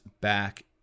back